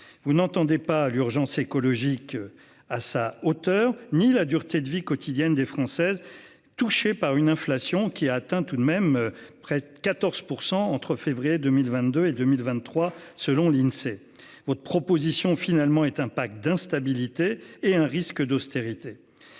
Vous n'entendez pas à l'urgence écologique à sa hauteur ni la dureté de vie quotidienne des Françaises, touché par une inflation qui a atteint tout de même près de 14% entre février 2022 et 2023 selon l'Insee. Votre proposition finalement est un pack d'instabilité et un risque d'austérité.